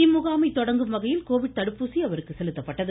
இம்முகாமை தொடங்கும்வகையில் கோவிட் தடுப்பூசி அவருக்கு செலுத்தப்பட்டது